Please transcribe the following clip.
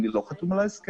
אני לא חתום על ההסכם,